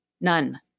none